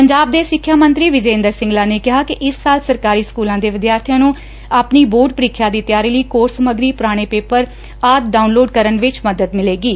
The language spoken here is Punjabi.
ਪੰਜਾਬ ਦੇ ਸਿੱਖਿਆ ਮੰਤਰੀ ਵਿਜੇ ਇੰਦਰ ਸਿੰਗਲਾ ਨੇ ਕਿਹਾ ਕਿ ਇਸ ਨਾਲ ਸਰਕਾਰੀ ਸਕੁਲਾਂ ਦੇ ਵਿਦਿਆਰਥੀਆਂ ਨੂੰ ਆਪਣੀ ਬੋਰਡ ਪ੍ਰੀਖਿਆ ਦੀ ਤਿਆਰੀ ਲਈ ਕੋਰਸ ਸਮੱਗਰੀ ਪੁਰਾਣੇ ਪੇਪਰ ਆਦਿ ਡਾਊਨਲੋਡ ਕਰਨ ਵਿੱਚ ਮੱਦਦ ਮਿਲੇਗੀ